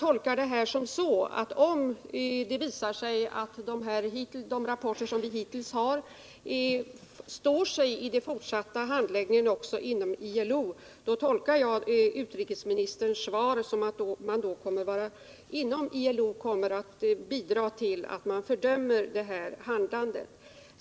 Om det också vid den fortsatta handläggningen inom ILO visar sig att de hittills ingångna rapporterna står sig, tolkar jag utrikesministerns svar så, att man inom ILO kommer att fördöma det här handlandet.